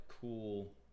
cool